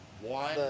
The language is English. One